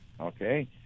Okay